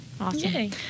Awesome